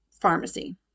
pharmacy